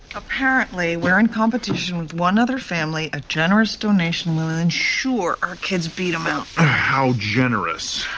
apparently, we're in competition with one other family. a generous donation will ensure our kids beat them out how generous?